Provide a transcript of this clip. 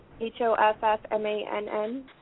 H-O-F-F-M-A-N-N